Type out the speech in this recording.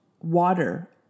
water